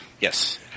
Yes